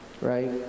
right